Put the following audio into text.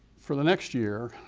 for the next year,